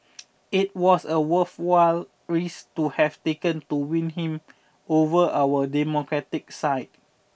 it was a worthwhile risk to have taken to win him over our democratic side